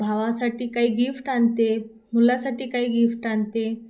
भावासाठी काही गिफ्ट आणते मुलासाठी काही गिफ्ट आणते